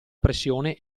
pressione